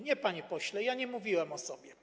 Nie, panie pośle, ja nie mówiłem o sobie.